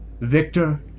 Victor